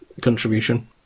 contribution